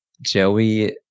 Joey